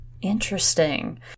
Interesting